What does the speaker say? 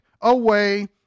away